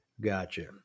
Gotcha